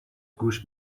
گوش